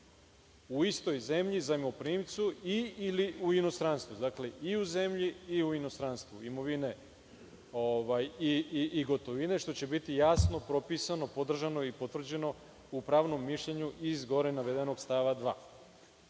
u istoj zemlji, zajmoprimcu i ili u inostranstvu, dakle, i u zemlji i u inostranstvu imovina je i gotovine, što će biti jasno propisano, podržano i potvrđeno u pravnom mišljenju iz gore navedenog stava 2.